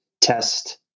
test